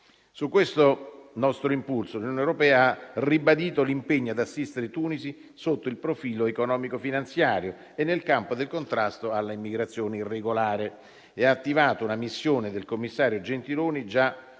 Su questo nostro impulso, l'Unione europea ha ribadito l'impegno ad assistere Tunisi sotto il profilo economico-finanziario e nel campo del contrasto alla immigrazione irregolare e ha attivato una missione del commissario Gentiloni già